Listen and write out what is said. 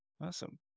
awesome